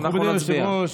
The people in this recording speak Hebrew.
מדובר בקריאה ראשונה.